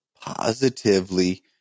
positively